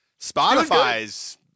Spotify's